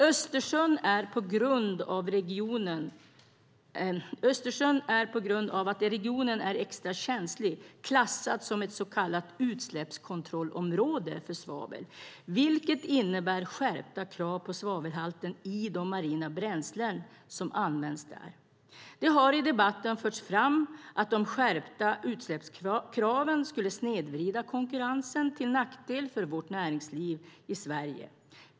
Östersjön är, på grund av att regionen är extra känslig, klassad som ett så kallat utsläppskontrollområde för svavel, vilket innebär skärpta krav på svavelhalten i de marina bränslen som används där. Det har i debatten förts fram att de skärpta utsläppskraven skulle snedvrida konkurrensen till nackdel för vårt näringsliv i Sverige.